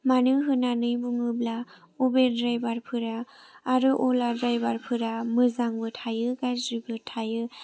मानो होननानै बुङोब्ला उबेर ड्रायभारफोरा आरो अला ड्रायभारफोरा मोजांबो थायो गाज्रिबो थायो